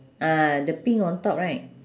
ah the pink on top right